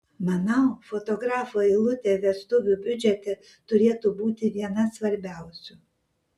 manau fotografo eilutė vestuvių biudžete turėtų būti viena svarbiausių